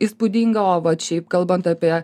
įspūdinga o vat šiaip kalbant apie